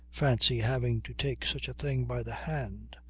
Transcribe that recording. fancy having to take such a thing by the hand!